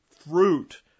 Fruit